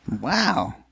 Wow